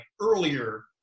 earlier